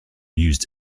used